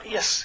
Yes